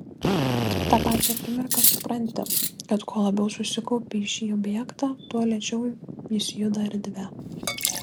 tą pačią akimirką supranti kad kuo labiau susikaupi į šį objektą tuo lėčiau jis juda erdve